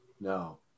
No